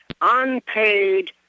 unpaid